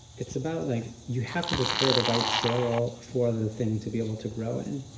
it's about like, you have to prepare the right soil for the thing to be able to grow in.